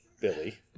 Billy